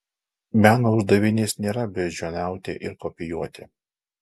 meno uždavinys nėra beždžioniauti ir kopijuoti